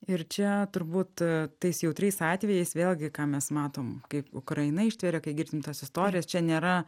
ir čia turbūt tais jautriais atvejais vėlgi ką mes matom kaip ukraina ištveria kai girdim tas istorijas čia nėra